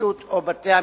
הפרקליטות או בתי-המשפט,